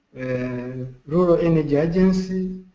and rural energy agency,